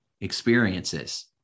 experiences